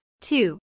two